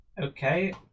Okay